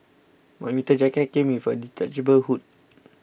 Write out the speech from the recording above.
my winter jacket came with a detachable hood